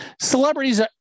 celebrities